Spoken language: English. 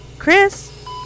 Chris